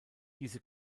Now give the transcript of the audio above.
diese